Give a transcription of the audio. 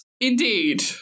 Indeed